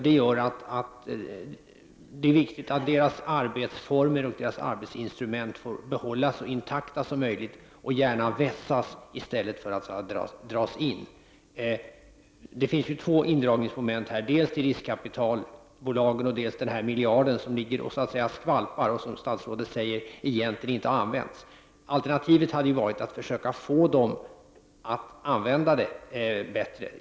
Det är angeläget att deras arbetsformer och arbetsinstrument får behållas så intakta som möjligt och gärna vässas i stället för att dras in. Det finns två indragningsmoment: Dels pengarna till riskkapitalbolagen, dels den miljard som ligger och så att säga skvalpar och som statsrådet säger egentligen inte används. Alternativet hade varit att försöka få fonden att an vända dessa pengar.